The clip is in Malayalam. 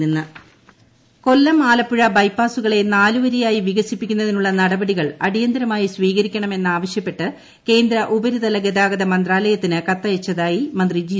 സുധാകരൻ കൊല്ലം ആലപ്പുഴ ബൈപ്പാസുകളെ നാലുവരിയായി വികസിപ്പിക്കുന്നതി നുള്ള നടപടികൾ അടിയന്തരമായി സ്വീകരിക്കണമെന്നാവശ്യപ്പെട്ട് കേന്ദ്ര ഉപരിതല ഗതാഗത മന്ത്രാലയത്തിന് കത്തയച്ചതായി മന്ത്രി ജി